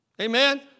Amen